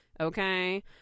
Okay